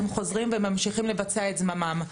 הם חוזרים וממשיכים לבצע את זממם,